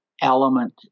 element